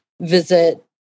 visit